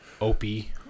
Opie